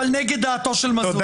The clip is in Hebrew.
אבל נגד דעתו של מזוז.